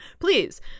please